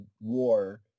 war